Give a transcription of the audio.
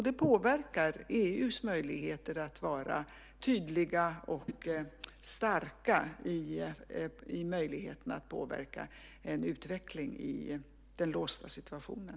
Det påverkar EU:s möjligheter att vara tydligt och starkt när det gäller att påverka en utveckling i den låsta situationen.